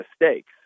mistakes